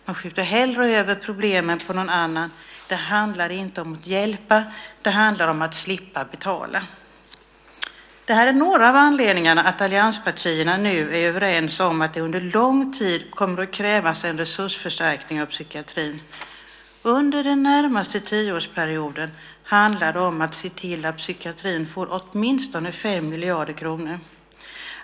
Man skjuter hellre över problemet på någon annan. Det handlar inte om att hjälpa - det handlar om att slippa betala. Det här är några av anledningarna till att allianspartierna nu är överens om att det under lång tid kommer att krävas en resursförstärkning inom psykiatrin. Under den närmaste tioårsperioden handlar det om att se till att psykiatrin får åtminstone 5 miljarder kronor.